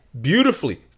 beautifully